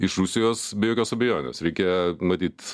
iš rusijos be jokios abejonės reikia matyt